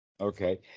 Okay